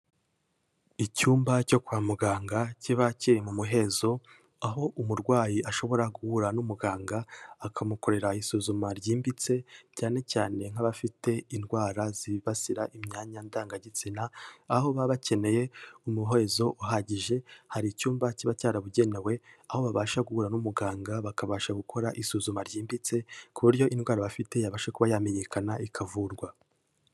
Icyumba cyo kwa muganga kiba kiri mu muhezo, aho umurwayi ashobora guhura n'umuganga akamukorera isuzuma ryimbitse cyane cyane nk'abafite indwara zibasira imyanya ndangagitsina, aho baba bakeneye umuhezo uhagije hari icyumba kiba cyarabugenewe, aho babasha guhura n'umuganga bakabasha gukora isuzuma ryimbitse ku buryo indwara bafite yabasha kuba yamenyekana ikavurwa.